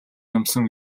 юмсан